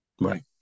Right